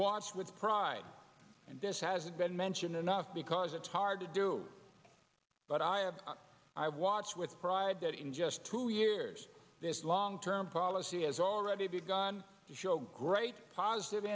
watched with pride and this has been mentioned enough because it's hard to do but i have i watch with pride that in just two years this long term policy has already begun to show great positive